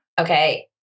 Okay